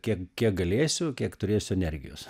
kiek kiek galėsiu kiek turėsiu energijos